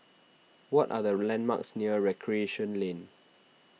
what are the landmarks near Recreation Lane